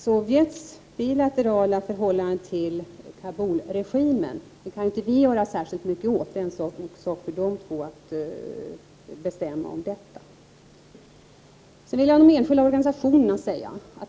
Sovjets bilaterala förhållande till Kabul-regimen kan inte vi göra särskilt mycket åt. Det är en sak för dessa två att bestämma om.